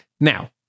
Now